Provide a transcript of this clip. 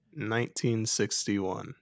1961